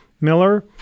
Miller